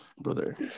Brother